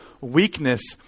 weakness